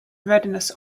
readiness